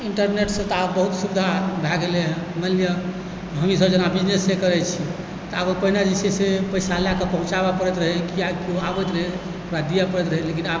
इन्टरनेटसँ तऽ आब बहुत सुविधा भए गेलै हँ मानि लिअ हमहीसभ जेना बिजनेसे करैत छी तऽ आब पहिने जे छै से पैसा लएकऽ पहुँचाबय परति रहय या केओ आबैत रहै ओकरा दिए पड़ैत रहै लेकिन आब